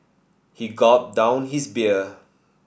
he gulped down his beer